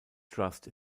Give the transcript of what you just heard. trust